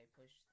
push